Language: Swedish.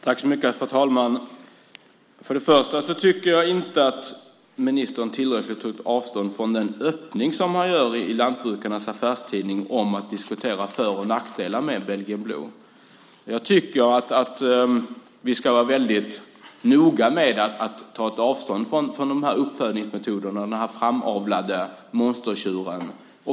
Herr talman! För det första tycker jag inte att ministern tillräckligt har tagit avstånd från den öppning som man gör i lantbrukarnas affärstidning när det gäller att diskutera för och nackdelar med Belgian blue. Jag tycker att vi ska vara väldigt noga med att ta avstånd från de här uppfödningsmetoderna och den framavlade monstertjuren.